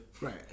Right